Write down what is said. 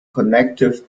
connective